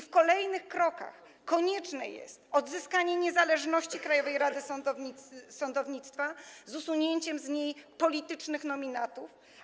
W kolejnych krokach konieczne jest odzyskanie niezależności Krajowej Rady Sądownictwa z usunięciem z niej politycznych nominatów.